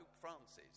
Francis